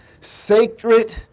sacred